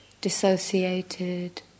dissociated